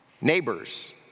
neighbors